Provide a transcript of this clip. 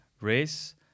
race